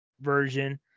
version